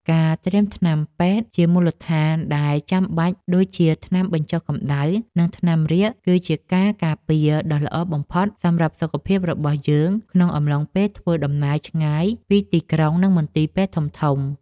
ការត្រៀមថ្នាំពេទ្យជាមូលដ្ឋានដែលចាំបាច់ដូចជាថ្នាំបញ្ចុះកម្ដៅ និង ថ្នាំរាកគឺជាការការពារដ៏ល្អបំផុតសម្រាប់សុខភាពរបស់យើងក្នុងអំឡុងពេលធ្វើដំណើរឆ្ងាយពីទីក្រុង និង មន្ទីរពេទ្យធំៗ។